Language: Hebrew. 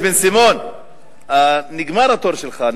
בן-סימון, נגמר התור שלך.